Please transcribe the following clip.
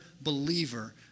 believer